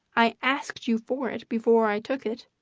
i asked you for it, before i took it.